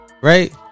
Right